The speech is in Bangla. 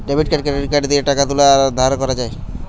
ডেবিট কার্ড ক্রেডিট কার্ড দিয়ে টাকা তুলা আর ধার করা যায়